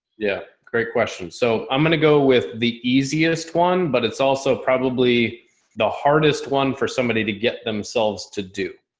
yeah, great question. so i'm going to go with the easiest one, but it's also probably the hardest one for somebody to get themselves to do.